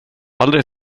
aldrig